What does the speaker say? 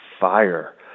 fire